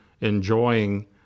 enjoying